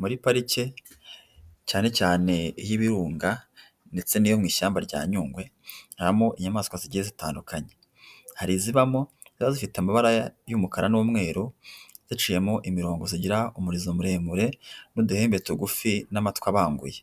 Muri parike cyane cyane iy'ibirunga ndetse n'iyo mu ishyamba rya nyungwe, habamo inyamaswa zigiye zitandukanye. Hari izibamo ziba zifite amabara y'umukara n'umweru, ziciyemo imirongo zigira umurizo muremure n'uduhembe tugufi n'amatwi abambuye.